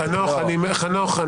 חנוך,